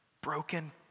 broken